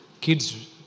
kids